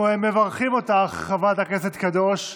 אנחנו מברכים אותך, חברת הכנסת קדוש,